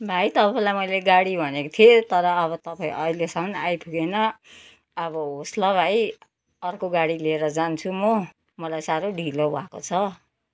भाइ तपाईँलाई मैले गाडी भनेको थिएँ तर अब तपाईँ अहिलेसम्म आइपुगेन अब होस् ल भाइ अर्को गाडी लिएर जान्छु म मलाई साह्रो ढिलो भएको छ